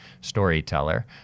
storyteller